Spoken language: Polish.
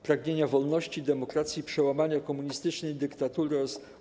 Pragnienia wolności, demokracji i przełamania komunistycznej dyktatury oraz